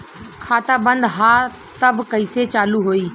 खाता बंद ह तब कईसे चालू होई?